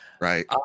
Right